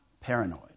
paranoid